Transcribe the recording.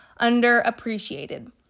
underappreciated